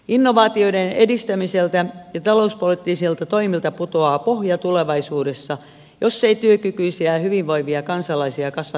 innovaatioiden edistämiseltä ja talouspoliittisilta toimilta putoaa pohja tulevaisuudessa jos ei työkykyisiä ja hyvinvoivia kansalaisia kasva työmarkkinoiden käyttöön